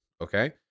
okay